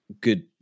good